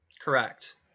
Correct